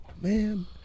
man